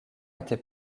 été